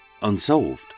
unsolved